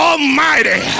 Almighty